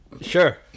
Sure